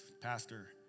Pastor